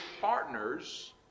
partners